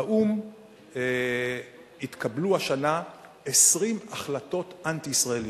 באו"ם התקבלו השנה 20 החלטות אנטי-ישראליות.